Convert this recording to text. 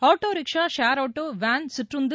auto rickshaw share auto van சிற்றந்து